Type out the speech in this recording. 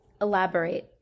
Elaborate